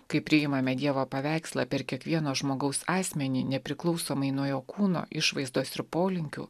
kai priimame dievo paveikslą per kiekvieno žmogaus asmenį nepriklausomai nuo jo kūno išvaizdos ir polinkių